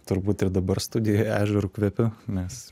turbūt ir dabar studijoje ežeru kvepiu nes